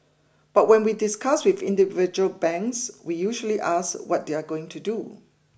but when we discuss with individual banks we usually ask what they are going to do